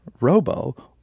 robo